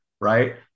right